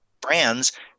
brands